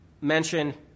mention